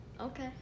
Okay